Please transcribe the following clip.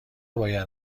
باید